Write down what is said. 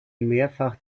mehrfach